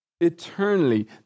Eternally